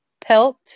Pelt